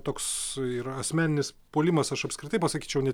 toks yra asmeninis puolimas aš apskritai pasakyčiau ne